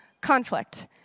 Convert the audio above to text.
conflict